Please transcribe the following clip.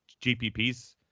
GPPs